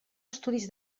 estudis